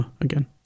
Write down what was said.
again